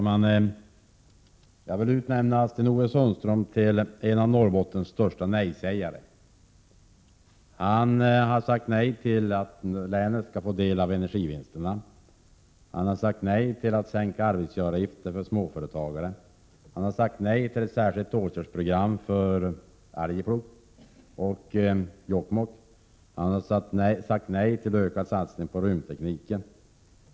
Herr talman! Jag vill utnämna Sten-Ove Sundström till en av Norrbottens största nej-sägare. Han har sagt nej till att länet skall få del av energivinsterna. Han har sagt nej till en sänkning av arbetsgivaravgifterna för småföretagare. Han har sagt nej till ett särskilt åtgärdsprogram för Arjeplog och Jokkmokk. Han har sagt nej till en ökad satsning på rymdtekniken.